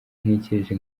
ntekereje